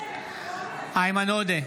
איימן עודה,